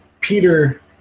Peter